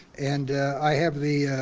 and i have the